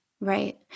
Right